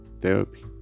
Therapy